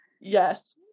Yes